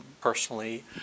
personally